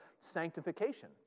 sanctification